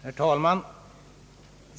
Herr talman!